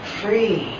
free